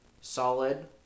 solid